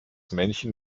männchen